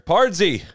Pardsy